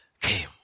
came